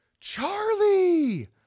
Charlie